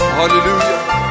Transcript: Hallelujah